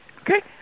Okay